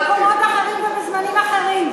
במקומות אחרים ובזמנים אחרים.